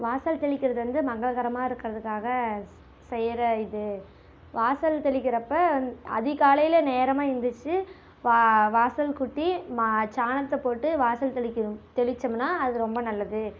வாசல் தெளிக்கின்றது வந்து மங்களகரமாக இருக்கின்றதுக்காக செய்கிற இது வாசல் தெளிக்கிறப்போ வந் அதிகாலையில் நேரமாக எழுந்திருச்சி வா வாசல் கூட்டி மா சாணத்தைப் போட்டு வாசல் தெளிக்கணும் தெளிச்சம்னா அது ரொம்ப நல்லது